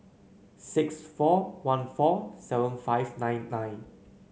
six four one four seven five nine nine